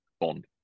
bond